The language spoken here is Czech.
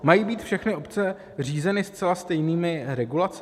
Mají být všechny obce řízeny zcela stejnými regulacemi?